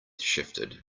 shifted